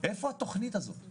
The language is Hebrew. אז אני